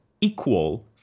equal